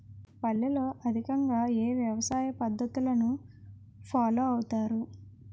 పల్లెల్లో అధికంగా ఏ వ్యవసాయ పద్ధతులను ఫాలో అవతారు?